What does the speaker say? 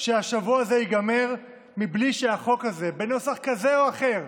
שהשבוע הזה ייגמר בלי שהחוק הזה יעבור בנוסח כזה או אחר.